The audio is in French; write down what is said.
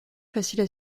faciles